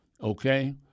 okay